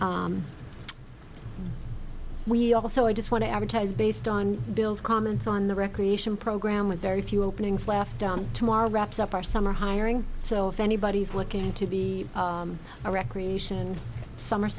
fast we also i just want to advertise based on bill's comments on the recreation program with very few openings left down tomorrow wraps up our summer hiring so if anybody's looking to be a recreation summer